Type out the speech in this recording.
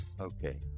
Okay